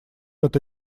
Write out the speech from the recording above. это